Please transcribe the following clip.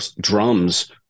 drums